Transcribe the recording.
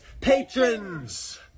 patrons